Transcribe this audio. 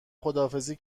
خداحافظی